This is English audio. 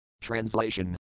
Translation